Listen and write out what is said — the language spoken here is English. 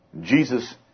Jesus